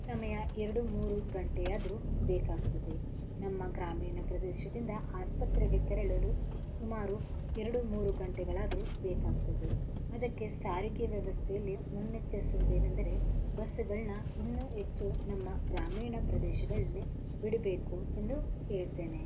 ಸಮಯ ಎರಡು ಮೂರು ಗಂಟೆಯಾದ್ರೂ ಬೇಕಾಗ್ತದೆ ನಮ್ಮ ಗ್ರಾಮೀಣ ಪ್ರದೇಶದಿಂದ ಆಸ್ಪತ್ರೆಗೆ ತೆರಳಲು ಸುಮಾರು ಎರಡು ಮೂರು ಗಂಟೆಗಳಾದ್ರೂ ಬೇಕಾಗ್ತದೆ ಅದಕ್ಕೆ ಸಾರಿಗೆ ವ್ಯವಸ್ಥೆಯಲ್ಲಿ ಮುನ್ನೆಚ್ಚರ್ಸುವುದು ಏನೆಂದರೆ ಬಸ್ಗಳನ್ನ ಇನ್ನೂ ಹೆಚ್ಚು ನಮ್ಮ ಗ್ರಾಮೀಣ ಪ್ರದೇಶಗಳಲ್ಲಿ ಬಿಡಬೇಕು ಎಂದು ಹೇಳ್ತೇನೆ